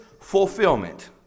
fulfillment